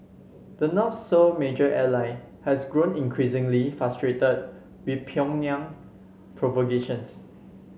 the North's sole major ally has grown increasingly frustrated with Pyongyang provocations